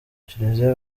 kiliziya